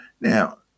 now